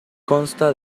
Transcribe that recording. consta